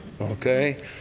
Okay